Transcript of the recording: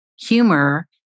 humor